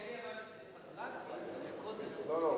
נדמה לי שזה פגרה.